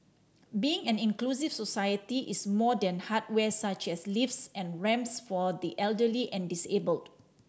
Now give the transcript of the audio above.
being an inclusive society is more than hardware such as lifts and ramps for the elderly and disabled